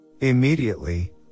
Immediately